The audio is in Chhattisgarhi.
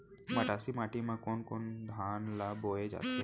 मटासी माटी मा कोन कोन धान ला बोये जाथे?